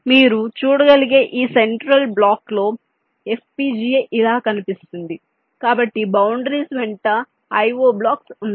మీరు చూడగలిగే ఈ సెంట్రల్ బ్లాక్లో FPGA ఇలా కనిపిస్తుంది కాబట్టి బౌండరీస్ వెంట IO బ్లాక్స్ ఉన్నాయి